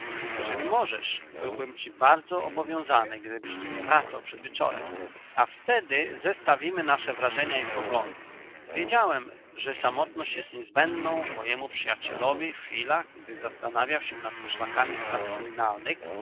jeżeli możesz byłbym ci bardzo obowiązany gdybyś tu nie wracał przed wieczorem a wtedy zestawimy nasze wrażenia i poglądy wiedziałem że samotność jest niezbędną mojemu przyjacielowi w chwilach gdy zastanawiał się nad poszlakami spraw kryminalnych